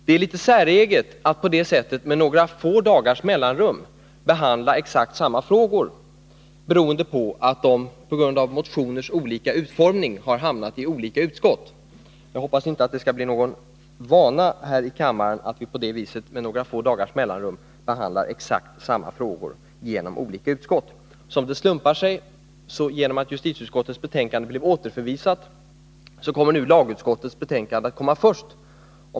Det är litet säreget att exakt samma frågor behandlas med några få dagars mellanrum, beroende på att de, på grund av motionernas utformning, har hamnat i olika utskott. Jag hoppas att det inte skall bli någon vana att vi här i kammaren på det sättet behandlar exakt samma frågor från olika utskott. Som det har slumpat sig, genom att justitieutskottets betänkande blev återförvisat, kommer nu lagutskottets betänkande att avgöras först.